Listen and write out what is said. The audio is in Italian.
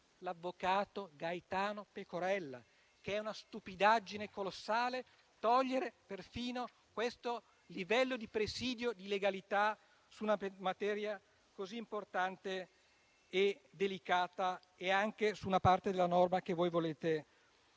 l'avvocato Gaetano Pecorella vi dice che è una stupidaggine colossale togliere perfino questo livello di presidio di legalità su una materia così importante e delicata e anche su una parte della norma che voi volete togliere.